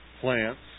plants